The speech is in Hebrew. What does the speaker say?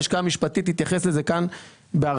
הלשכה המשפטית תתייחס לזה בהרחבה.